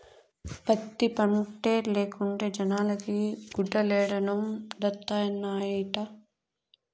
పత్తి పంటే లేకుంటే జనాలకి గుడ్డలేడనొండత్తనాయిట